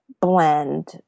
blend